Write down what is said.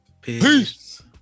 Peace